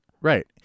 Right